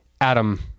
Adam